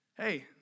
hey